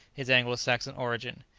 his anglo-saxon origin,